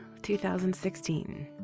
2016